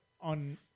on